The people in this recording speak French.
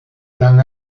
d’un